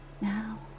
Now